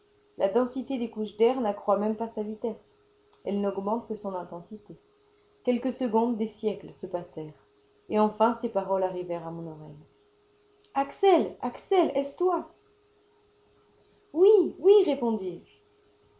la densité des couches d'air n'accroît même pas sa vitesse elle n'augmente que son intensité quelques secondes des siècles se passèrent et enfin ces paroles arrivèrent à mon oreille axel axel est-ce toi oui oui